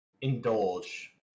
indulge